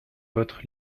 votre